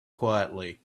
quietly